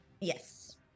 Yes